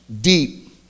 deep